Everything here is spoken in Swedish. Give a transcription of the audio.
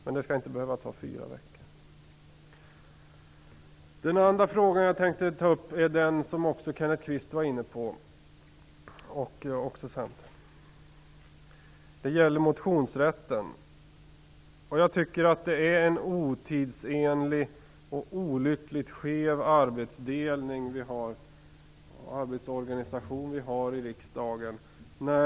Men det skall inte behöva ta fyra veckor. Den andra fråga jag tänker ta upp är en fråga som också Kenneth Kvist och Centern var inne på. Det gäller motionsrätten. Jag tycker att det är en otidsenlig och olyckligt skev arbetsdelning och arbetsorganisation vi har i riksdagen.